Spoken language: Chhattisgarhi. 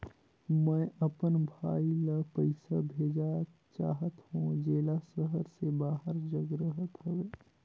मैं अपन भाई ल पइसा भेजा चाहत हों, जेला शहर से बाहर जग रहत हवे